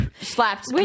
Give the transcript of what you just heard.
Slapped